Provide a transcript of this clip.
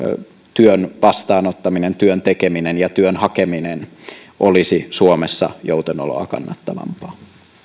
työn vastaanottaminen työn tekeminen ja työn hakeminen olisi suomessa joutenoloa kannattavampaa